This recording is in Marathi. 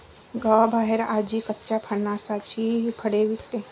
गावाबाहेर आजी कच्च्या फणसाची फळे विकते